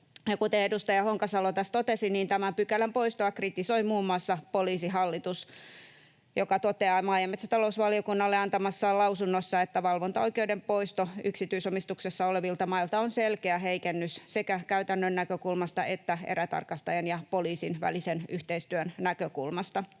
kuten edustaja Honkasalo tässä totesi, tämän pykälän poistoa kritisoi muun muassa Poliisihallitus, joka toteaa maa- ja metsätalousvaliokunnalle antamassaan lausunnossa, että valvontaoikeuden poisto yksityisomistuksessa olevilta mailta on selkeä heikennys sekä käytännön näkökulmasta että erätarkastajien ja poliisin välisen yhteistyön näkökulmasta.